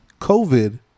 COVID